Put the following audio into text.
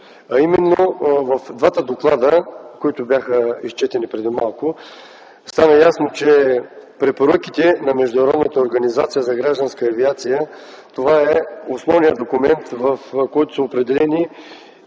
лицето. В двата доклада, които бяха изчетени преди малко, стана ясно, че в препоръките на Международната организация за гражданска авиация - това е основният документ, в който са определени